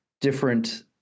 different